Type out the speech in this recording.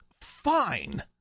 fine